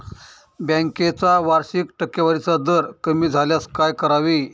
बँकेचा वार्षिक टक्केवारीचा दर कमी झाल्यास काय करावे?